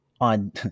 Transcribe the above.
on